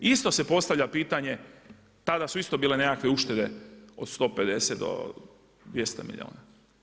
Isto se postavlja pitanje, tada su isto bile nekakve uštede, od 150 do 200 milijuna.